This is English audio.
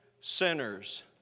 sinners